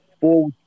four